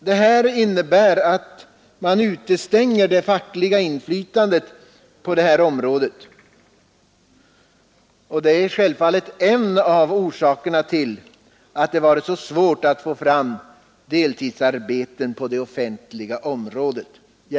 Det innebär att man utestänger det fackliga inflytandet på det här området, och det är självfallet en av orsakerna till att det varit så svårt att få fram deltidsarbete på det offentliga området.